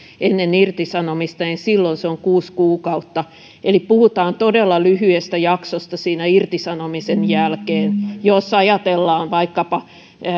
ennen irtisanomista niin silloin se on kuusi kuukautta eli puhutaan todella lyhyestä jaksosta siinä irtisanomisen jälkeen jos ajatellaan vaikkapa